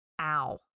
ow